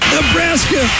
Nebraska